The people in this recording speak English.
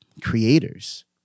creators